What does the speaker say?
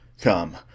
come